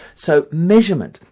so measurement,